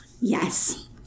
yes